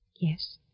Yes